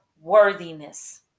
worthiness